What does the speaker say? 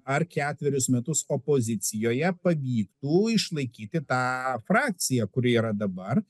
ar ketverius metus opozicijoje pavyktų išlaikyti tą frakciją kuri yra dabar